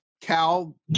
Cal